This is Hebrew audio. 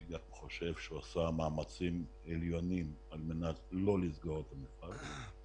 אני חושב שהוא עשה מאמצים עליונים על מנת לא לסגור את המפעל.